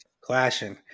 clashing